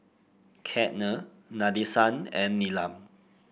Ketna Nadesan and Neelam